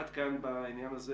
עד כאן בעניין הזה.